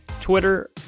Twitter